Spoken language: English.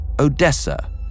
Odessa